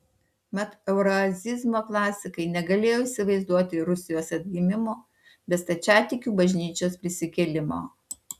mat euroazizmo klasikai negalėjo įsivaizduoti rusijos atgimimo be stačiatikių bažnyčios prisikėlimo